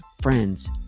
friends